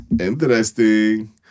Interesting